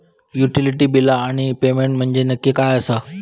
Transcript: Utility बिला आणि payment म्हंजे नक्की काय आसा?